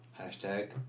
Hashtag